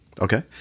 Okay